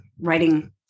writing